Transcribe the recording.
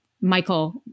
Michael